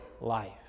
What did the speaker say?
life